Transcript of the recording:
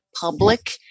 public